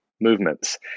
movements